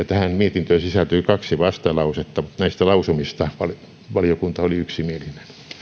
tähän mietintöön sisältyy kaksi vastalausetta näistä lausumista valiokunta oli yksimielinen